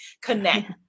connect